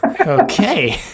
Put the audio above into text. Okay